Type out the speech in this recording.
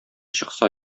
чыкса